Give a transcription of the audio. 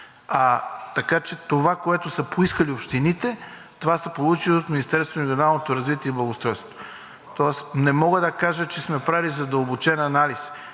Така че това, което са поискали общините, това са получили и от Министерството на регионалното развитие и благоустройството. Тоест не мога да кажа, че сме правили задълбочен анализ